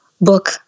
book